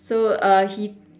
so uh he